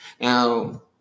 Now